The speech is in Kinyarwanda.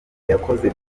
yakoze